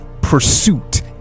pursuit